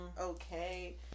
okay